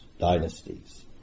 dynasties